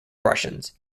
russians